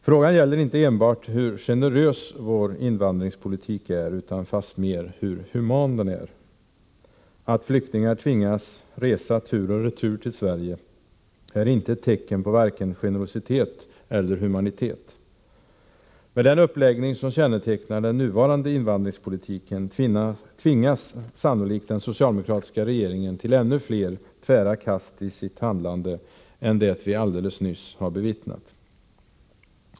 Frågan gäller inte enbart hur generös vår invandringspolitik är — utan fastmer hur human den är. Att flyktingar tvingas resa tur och retur till Sverige är inte ett tecken på vare sig generositet eller humanitet. Med den uppläggning som kännetecknar den nuvarande invandringspolitiken tvingas sannolikt den socialdemokratiska regeringen till ännu fler tvära kast i sitt handlande än det vi alldeles nyss har bevittnat.